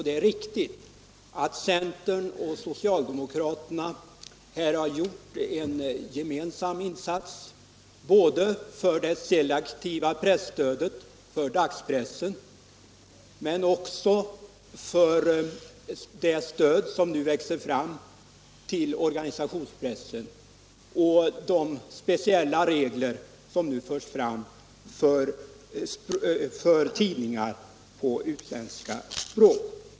Det är riktigt att centern och socialdemokraterna gjort gemensamma insatser både för det selektiva presstödet till dagspressen och för det stöd till organisationspressen som här tar form. Detta gäller även de speciella regler som nu föreslås för tidningar på utländska språk.